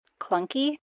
clunky